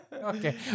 Okay